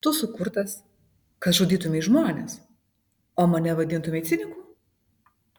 tu sukurtas kad žudytumei žmones o mane vadintumei ciniku